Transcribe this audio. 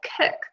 cook